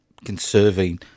conserving